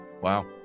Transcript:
Wow